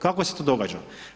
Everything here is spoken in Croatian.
Kako se to događa?